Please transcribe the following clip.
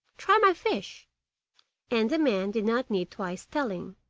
try my fish and the man did not need twice telling.